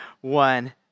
one